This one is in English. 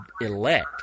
elect